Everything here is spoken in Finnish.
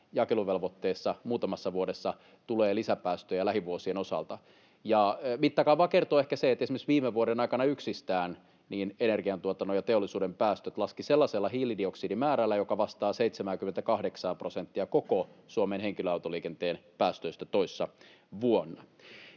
jakeluvelvoitteessa muutamassa vuodessa tulee lisäpäästöjä lähivuosien osalta. Mittakaavasta kertoo ehkä se, että esimerkiksi viime vuoden aikana yksistään energiantuotannon ja teollisuuden päästöt laskivat sellaisella hiilidioksidimäärällä, joka vastaa 78:aa prosenttia koko Suomen henkilöautoliikenteen päästöistä toissa vuonna.